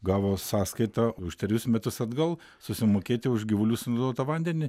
gavo sąskaitą už trejus metus atgal susimokėti už gyvulių sunaudotą vandenį